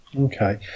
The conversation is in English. Okay